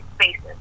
spaces